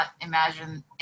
imagine